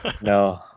No